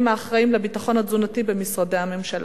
האחראים לביטחון התזונתי במשרדי הממשלה.